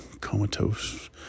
comatose